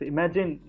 Imagine